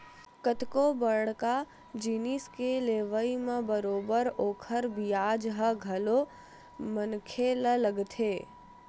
कतको बड़का जिनिस के लेवई म बरोबर ओखर बियाज ह घलो मनखे ल लगथे